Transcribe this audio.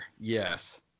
Yes